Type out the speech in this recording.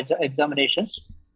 examinations